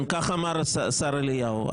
כן, כך אמר השר אליהו.